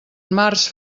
març